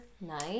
Nice